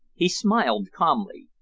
he smiled calmly,